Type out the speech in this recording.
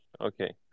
okay